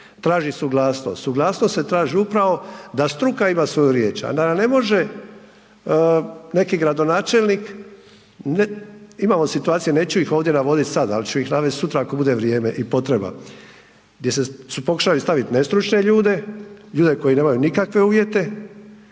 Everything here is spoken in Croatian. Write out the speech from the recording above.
traži suglasnost, suglasnost se traži upravo da struka ima svoju riječ, a ne može neki gradonačelnik. Imamo situacije neću ih ovdje navoditi sada, ali ću ih navesti sutra ako bude vrijeme i potreba gdje su pokušali staviti nestručne ljude, ljude koji nemaju nikakve uvjete,